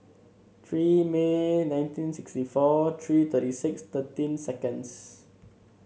three May nineteen sixty four three thirty six thirteen secinds